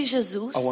Jesus